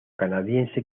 canadiense